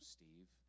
Steve